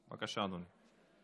בבקשה, אדוני.